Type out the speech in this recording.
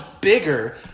bigger